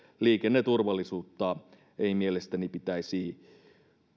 liikenneturvallisuutta ei mielestäni pitäisi